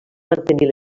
mantenir